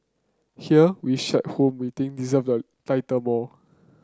here we share whom we think deserve the title more